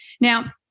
Now